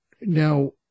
now